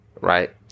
Right